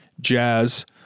Jazz